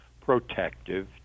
protective